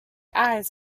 eyes